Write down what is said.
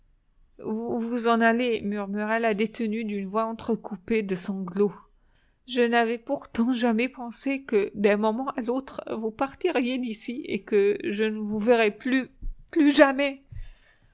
vous vous en allez murmura la détenue d'une voix entrecoupée de sanglots je n'avais pourtant jamais pensé que d'un moment à l'autre vous partiriez d'ici et que je ne vous verrais plus plus jamais